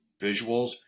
visuals